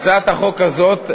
הצעת החוק הזאת,